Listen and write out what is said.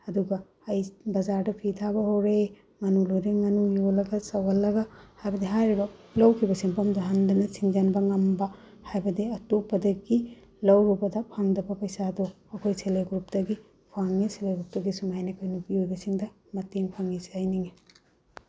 ꯑꯗꯨꯒ ꯑꯩ ꯕꯖꯥꯔꯗ ꯐꯤ ꯊꯥꯕ ꯍꯧꯔꯦ ꯉꯥꯅꯨ ꯂꯣꯏꯔꯦ ꯉꯥꯅꯨ ꯌꯣꯜꯂꯒ ꯆꯥꯎꯍꯜꯂꯒ ꯍꯥꯏꯕꯗꯤ ꯍꯥꯏꯔꯤꯕ ꯂꯧꯈꯤꯕ ꯁꯦꯟꯗꯝꯗꯨ ꯍꯟꯗꯅ ꯁꯤꯡꯖꯤꯟꯕ ꯉꯝꯕ ꯍꯥꯏꯕꯗꯤ ꯑꯇꯣꯞꯄꯗꯒꯤ ꯂꯧꯔꯨꯕꯗ ꯐꯪꯗꯕ ꯄꯩꯁꯥꯗꯨ ꯑꯩꯈꯣꯏ ꯁꯦꯜ ꯍꯦꯞ ꯒ꯭ꯔꯨꯞꯇꯒꯤ ꯐꯪꯏ ꯁꯦꯜ ꯍꯦꯞ ꯒ꯭ꯔꯨꯞꯇꯨꯒꯤ ꯁꯨꯃꯥꯏꯅ ꯑꯩꯈꯣꯏ ꯅꯨꯄꯤ ꯑꯣꯏꯕꯤꯁꯤꯡꯗ ꯃꯇꯦꯡ ꯐꯪꯏ ꯁꯤ ꯍꯥꯏꯅꯤꯡꯏ